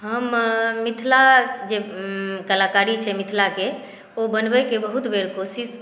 हम मिथिला जे कलाकारी छै मिथिलाके ओ बनबैके बहुत बेर कोशिश